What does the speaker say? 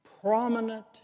prominent